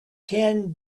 ten